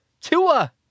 Tua